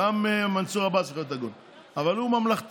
גם מנסור עבאס יכול להיות הגון אבל הוא ממלכתי.